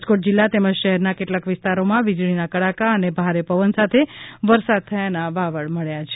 રાજકોટ જીલ્લા તેમજ શહેરના કેટલાક વિસ્તારમાં વીજળીના કડાકા અને ભારે પવન સાથે વરસાદ થયાના વાવળ મળ્યા છે